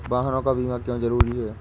वाहनों का बीमा क्यो जरूरी है?